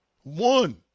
one